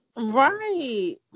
right